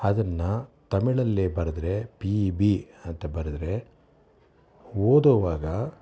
ಅದನ್ನು ತಮಿಳಲ್ಲಿ ಬರೆದ್ರೆ ಪಿ ಬಿ ಅಂತ ಬರೆದ್ರೆ ಓದೋವಾಗ